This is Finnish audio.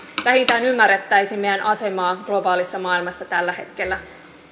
vähintään ymmärrettäisiin meidän asemamme globaalissa maailmassa tällä hetkellä